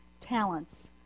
talents